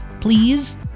please